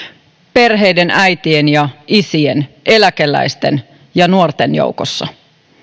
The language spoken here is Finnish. perheiden äitien ja isien eläkeläisten ja nuorten joukossa